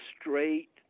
straight